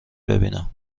ببینم